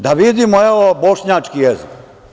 Da vidimo, evo, bošnjački jezik.